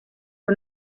fer